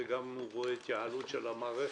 הוא גם רואה התייעלות של המערכת.